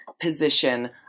position